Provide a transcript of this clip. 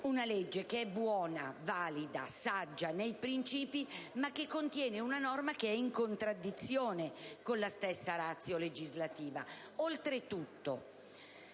una legge che è buona, valida, saggia nei principi, ma che contiene una norma che è in contraddizione con la stessa *ratio* legislativa.